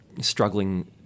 struggling